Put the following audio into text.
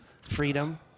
freedom